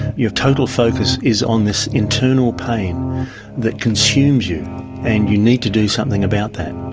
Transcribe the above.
your total focus is on this internal pain that consumes you and you need to do something about that,